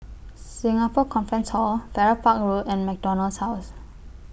Singapore Conference Hall Farrer Park Road and Macdonald's House